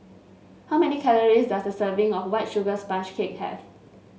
how many calories does a serving of White Sugar Sponge Cake have